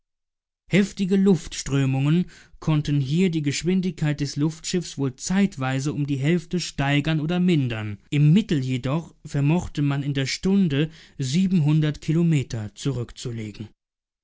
heftige luftströmungen konnten hier die geschwindigkeit des luftschiffs wohl zeitweise um die hälfte steigern oder mindern im mittel jedoch vermochte man in der stunde siebenhundert kilometer zurückzulegen